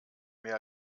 mehr